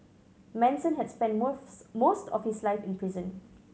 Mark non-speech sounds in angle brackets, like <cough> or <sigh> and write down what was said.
Manson had spent <unintelligible> most of his life in prison